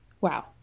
Wow